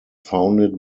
founded